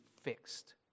fixed